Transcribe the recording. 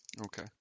Okay